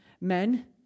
Men